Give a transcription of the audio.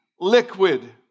liquid